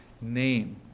name